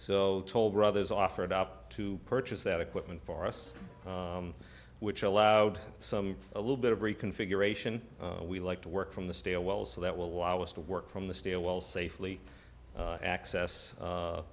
so toll brothers offered up to purchase that equipment for us which allowed some a little bit of reconfiguration we like to work from the stairwells so that will allow us to work from the stairwell safely access